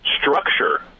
structure